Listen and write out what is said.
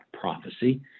prophecy